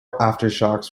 aftershocks